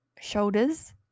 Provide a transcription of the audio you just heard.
shoulders